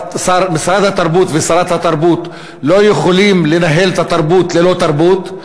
משרד התרבות ושרת התרבות לא יכולים לנהל את התרבות ללא תרבות,